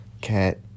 cat